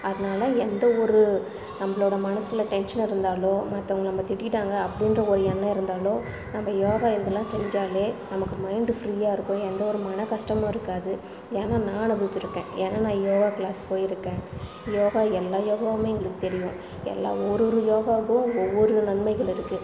அதனால எந்த ஒரு நம்பளோடய மனதுல டென்ஷன் இருந்தாலோ மற்றவங்க நம்பளை திட்டிட்டாங்க அப்படின்ற ஒரு எண்ணம் இருந்தாலோ நம்ப யோகா இதெலாம் செஞ்சாலே நமக்கு மைண்டு ஃப்ரீயாக இருக்கும் எந்த ஒரு மனக்கஷ்டமும் இருக்காது ஏன்னால் நான் அனுபவிச்சுருக்கேன் ஏன்னால் நான் யோகா க்ளாஸ் போயிருக்கேன் யோகா எல்லா யோகாவும் எங்களுக்கு தெரியும் எல்லா ஒரு ஒரு யோகாவுக்கும் ஒவ்வொரு நன்மைகள் இருக்குது